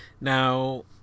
Now